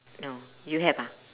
no you have ah